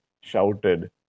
shouted